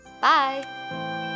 Bye